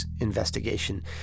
investigation